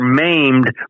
maimed